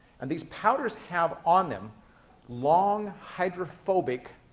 and these powders have on them long hydrophobic